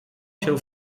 się